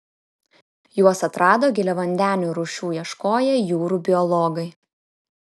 juos atrado giliavandenių rūšių ieškoję jūrų biologai